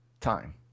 time